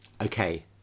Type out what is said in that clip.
Okay